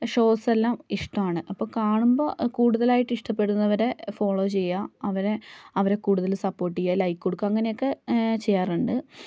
ഷോസെല്ലാം ഇഷ്ടമാണ് അപ്പം കാണുമ്പോൾ കൂടുതലായിട്ട് ഇഷ്ടപ്പെടുന്നവരെ ഫോളോ ചെയ്യുക അവരെ അവരെ കൂടുതൽ സപ്പോർട്ട് ചെയ്യുക ലൈക് കൊടുക്കുക അങ്ങനെയൊക്കെ ചെയ്യാറുണ്ട്